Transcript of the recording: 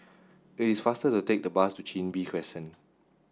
it is faster to take the bus to Chin Bee Crescent